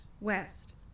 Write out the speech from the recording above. West